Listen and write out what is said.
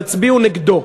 תצביעו נגדו.